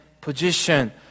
position